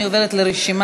אני עוברת לרשימה.